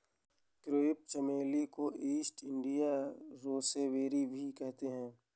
crepe चमेली को East India roseberry भी कहते हैं